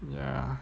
ya